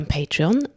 Patreon